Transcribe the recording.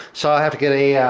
so, i'll have to get a